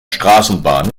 straßenbahn